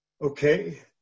Okay